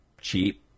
cheap